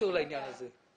השאלה השנייה.